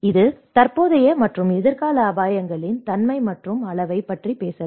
இது தற்போதைய மற்றும் எதிர்கால அபாயங்களின் தன்மை மற்றும் அளவைப் பற்றி பேசலாம்